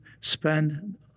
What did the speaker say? spend